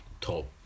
top